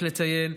יש לציין,